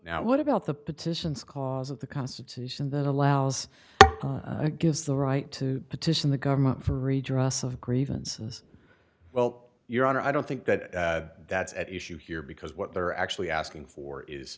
now what about the petitions cause of the constitution that allows it gives the right to petition the government for redress of grievances well your honor i don't think that that's at issue here because what they're actually asking for is